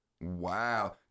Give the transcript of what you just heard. Wow